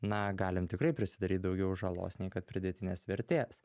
na galim tikrai prisidaryt daugiau žalos nei kad pridėtinės vertės